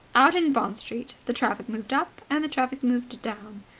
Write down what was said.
out in bond street the traffic moved up and the traffic moved down.